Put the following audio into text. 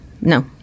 No